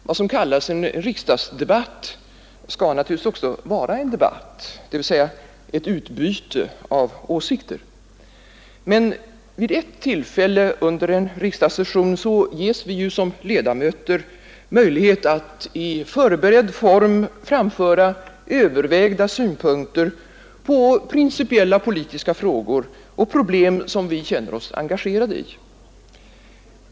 Herr talman! Vad som kallas en riksdagsdebatt skall naturligtvis också vara en debatt, dvs. ett utbyte av åsikter. Men vid ett tillfälle under en riksdagssession ges vi ju som ledamöter möjlighet att, i förberedd form, framföra övervägda synpunkter på principiella, politiska frågor och problem som vi känner oss engagerade i.